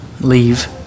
Leave